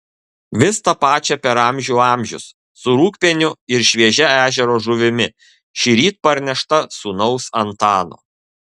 vis tą pačią per amžių amžius su rūgpieniu ir šviežia ežero žuvimi šįryt parnešta sūnaus antano